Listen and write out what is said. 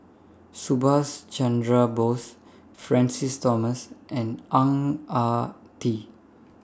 Subhas Chandra Bose Francis Thomas and Ang Ah Tee